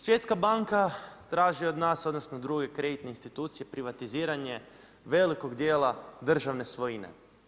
Svjetska banka traži od nas, odnosno druge kreditne institucije privatiziranje velikog dijela državne svojine.